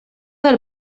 del